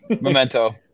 Memento